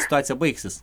situacija baigsis